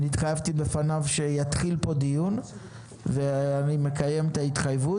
התחייבתי בפניו שיתחיל פה דיון ואני מקיים את ההתחייבות.